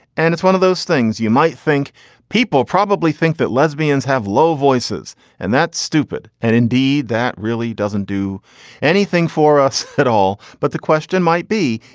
and it's one of those things you might think people probably think that lesbians have low voices and that's stupid. and indeed, that really doesn't do anything for us at all. but the question might be,